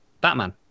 batman